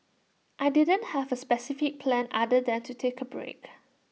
I didn't have A specific plan other than to take A break